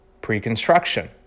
pre-construction